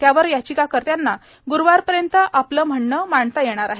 त्यावर याचिकाकर्त्यांना ग्रुवारपर्यंत आपलं म्हणणे मांडता येणार आहे